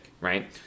right